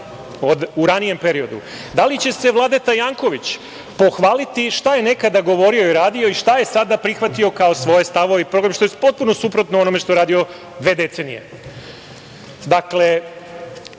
u ranijem periodu? Da li će se Vladeta Janković pohvaliti šta je nekada govorio i radio i šta je sada prihvatio kao svoje stavove i program, što je potpuno suprotno onome što je radio dve decenije? Dakle,